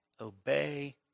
obey